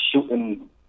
shooting